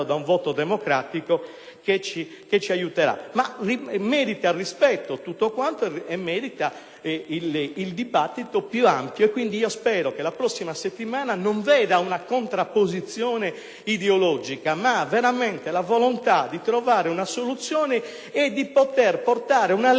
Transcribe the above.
da un voto democratico che ci aiuterà. In ogni caso, ogni posizione merita rispetto e merita il dibattito più ampio, quindi io spero che la prossima settimana non veda una contrapposizione ideologica, ma piuttosto la volontà di trovare una soluzione per poter portare avanti una legge